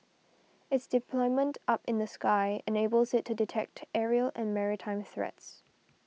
it's deployment up in the sky enables it to detect aerial and maritime threats